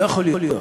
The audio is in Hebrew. לא יכול להיות.